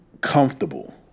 comfortable